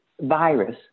virus